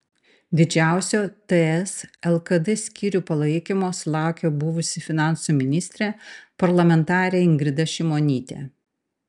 didžiausio ts lkd skyrių palaikymo sulaukė buvusi finansų ministrė parlamentarė ingrida šimonytė